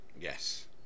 Yes